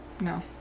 no